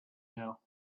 now